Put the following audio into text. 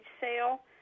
sale